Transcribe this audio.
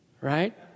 right